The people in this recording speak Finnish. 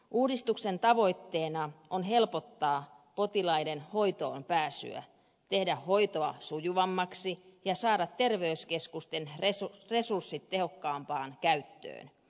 uudistuksen tavoitteena on helpottaa potilaiden hoitoonpääsyä tehdä hoitoa sujuvam maksi ja saada terveyskeskusten resurssit tehokkaampaan käyttöön